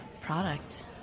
product